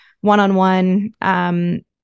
one-on-one